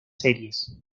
series